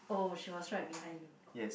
oh she was right behind you